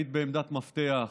היית בעמדת מפתח,